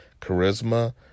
charisma